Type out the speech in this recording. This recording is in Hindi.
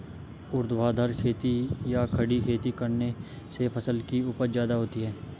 ऊर्ध्वाधर खेती या खड़ी खेती करने से फसल की उपज ज्यादा होती है